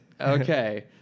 Okay